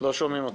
לא שומעים אותו.